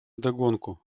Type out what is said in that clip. вдогонку